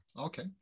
Okay